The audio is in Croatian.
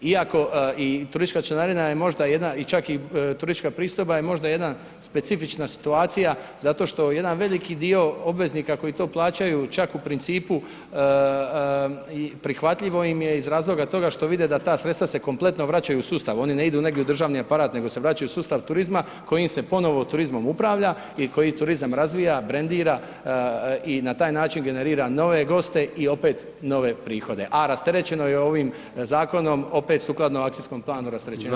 Iako, i turistička članarina je možda jedna čak i turistička pristojba je možda jedna specifična situacija zato što jedan veliki dio obveznika koji to plaćaju čak u principu prihvatljivo im je iz razloga toga što vide da ta sredstva se kompletno vraćaju u sustav, oni ne idu negdje u državni aparat, nego se vraćaju u sustav turizma kojim se ponovno turizmom upravlja i kojim turizam razvija, brendira i na taj način generira nove goste i opet, nove prihode, a rasterećeno je ovim zakonom, opet sukladno akcijskom planu rasterećenja…